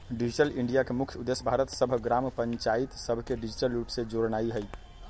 digital India के मुख्य उद्देश्य भारत के सभ ग्राम पञ्चाइत सभके डिजिटल रूप से जोड़नाइ हइ